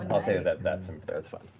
i'll say that that's him there,